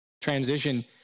transition